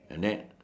and then